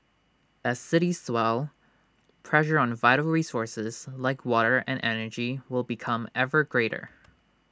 as cities swell pressure on vital resources like water and energy will become ever greater